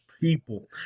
people